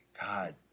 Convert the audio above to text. God